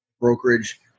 brokerage